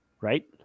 Right